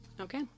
Okay